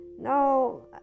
no